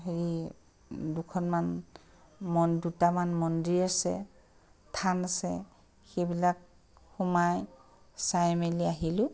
হেৰি দুখনমান দুটামান মন্দিৰ আছে থান আছে সেইবিলাক সোমাই চাই মেলি আহিলোঁ